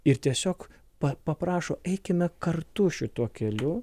ir tiesiog pa paprašo eikime kartu šituo keliu